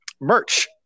merch